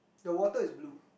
the water is blue